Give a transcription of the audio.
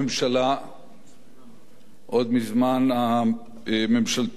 עוד מזמן ממשלתו של מנחם בגין, כראש אמ"ן,